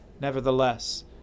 Nevertheless